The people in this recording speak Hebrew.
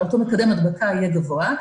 אותו מקדם הדבקה יהיה גבוה,